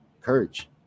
Courage